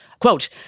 Quote